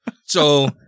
So-